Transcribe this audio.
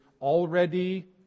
already